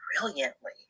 brilliantly